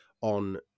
on